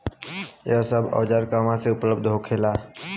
यह सब औजार कहवा से उपलब्ध होखेला?